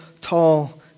tall